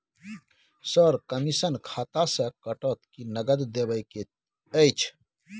Sir, commission खाता से कटत कि नगद देबै के अएछ?